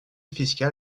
fiscal